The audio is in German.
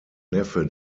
neffe